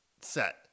set